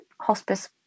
hospice